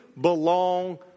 belong